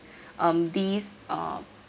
um these uh